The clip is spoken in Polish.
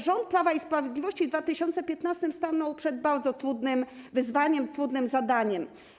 Rząd Prawa i Sprawiedliwości w 2015 r. stanął przed bardzo trudnym wyzwaniem, trudnym zadaniem.